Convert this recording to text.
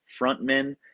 Frontmen